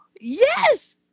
Yes